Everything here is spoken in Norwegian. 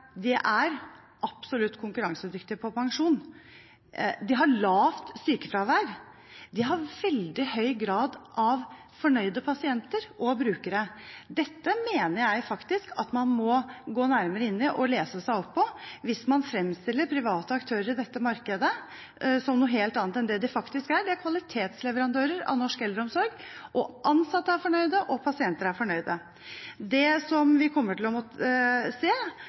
er absolutt konkurransedyktige på pensjon. De har lavt sykefravær, og de har veldig høy grad av fornøyde pasienter og brukere. Dette mener jeg faktisk at man må gå nærmere inn i og lese seg opp på, hvis man fremstiller private aktører i dette markedet som noe helt annet enn det de faktisk er. De er kvalitetsleverandører av norsk eldreomsorg. Ansatte er fornøyde, og pasienter er fornøyde. Det vi kommer til å se,